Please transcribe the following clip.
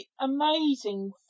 amazing